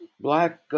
black